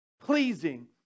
pleasing